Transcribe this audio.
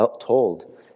told